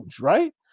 right